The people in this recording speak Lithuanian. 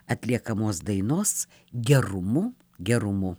atliekamos dainos gerumu gerumu